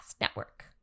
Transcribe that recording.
network